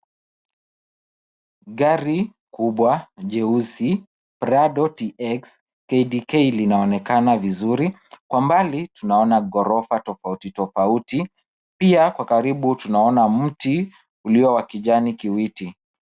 Gari kubwa jeusi Prado TX KDK linaonekana vizuri. Kwa umbali tunaona ghorofa tofauti tofauti pia kwa karibu tunaona miti ulio wa kijani kibichi.